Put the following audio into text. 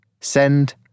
Send